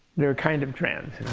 they were kind of trans,